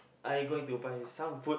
I going to buy some food